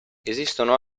esistono